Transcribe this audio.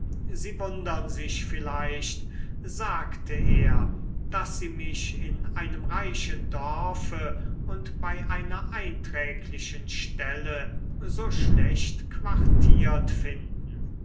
sie wundern sich vielleicht sagte er daß sie mich in einem reichen dorfe und bei einer einträglichen stelle so schlecht quartiert finden